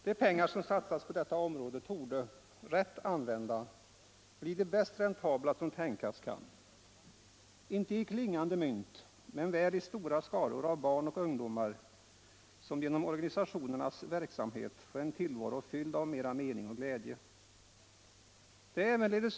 De pengar som satsas på detta område torde, rätt använda, bli de bäst räntabla som tänkas kan — inte i klingande mynt men väl i stora skaror av barn och ungdomar som genom organisationernas verksamhet får en tillvaro fylld av mera mening och glädje.